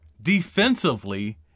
defensively